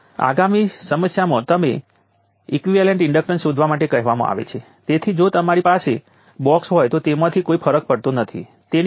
તેથી આ ઈન્ટરવલ દરમિયાન મેં ધાર્યું છે કે વોલ્ટેજમાં સીધી રેખાની ભિન્નતા ધારણ કરી હતી અમારી પાસે 5 મિલીએમ્પ નો કોન્સ્ટન્ટ કરંટ છે અન્યથા તે 0 છે